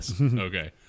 Okay